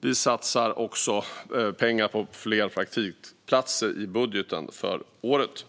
Vi satsar också pengar på fler praktikplatser i budgeten för året.